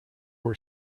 were